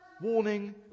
Warning